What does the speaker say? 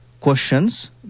questions